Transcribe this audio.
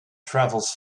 travels